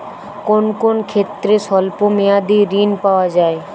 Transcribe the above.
কোন কোন ক্ষেত্রে স্বল্প মেয়াদি ঋণ পাওয়া যায়?